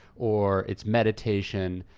or it's meditation.